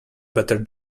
better